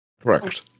Correct